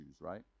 right